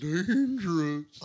Dangerous